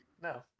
No